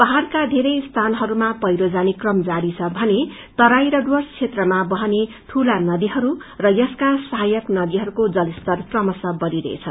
पहाड़का बेरै स्यानहरूमा पैह्रो जाने कम जारी छ भने तराई र डुर्वस क्षेत्रमा वहने ठूला नदीहरू र यसका सहायक नदीहरूको जलस्तार कमश बढ़िरहेछ